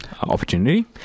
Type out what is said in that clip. opportunity